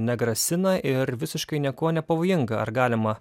negrasina ir visiškai niekuo nepavojinga ar galima